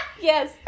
Yes